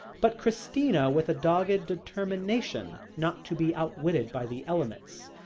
but christina, with a dogged determination not to be outwitted by the elements,